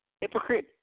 Hypocrite